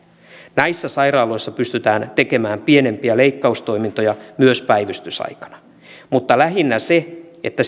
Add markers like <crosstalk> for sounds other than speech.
näissä sairaaloissa pystytään tekemään pienempiä leikkaustoimintoja myös päivystysaikana mutta lähinnä se että <unintelligible>